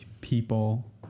people